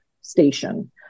station